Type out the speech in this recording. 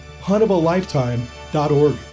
HuntOfALifetime.org